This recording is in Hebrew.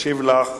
ישיב לך